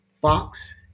Fox